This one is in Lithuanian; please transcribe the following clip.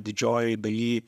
didžiojoj daly